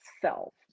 self